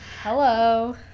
Hello